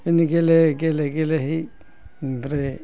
बिदिनो गेले गेलेहै ओमफ्राय